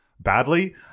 badly